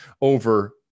over